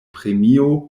premio